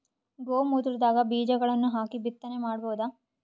ಗೋ ಮೂತ್ರದಾಗ ಬೀಜಗಳನ್ನು ಹಾಕಿ ಬಿತ್ತನೆ ಮಾಡಬೋದ?